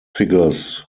figures